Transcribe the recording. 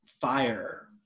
fire